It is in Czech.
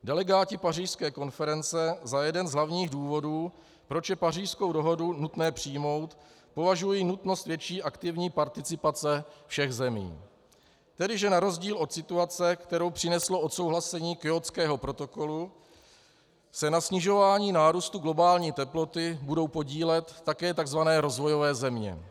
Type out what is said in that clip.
Delegáti pařížské konference za jeden z hlavních důvodů, proč je Pařížskou dohodu nutné přijmout, považují nutnost větší aktivní participace všech zemí, tedy že na rozdíl od situace, kterou přineslo odsouhlasení Kjótského protokolu, se na snižování nárůstu globální teploty budou podílet také takzvané rozvojové země.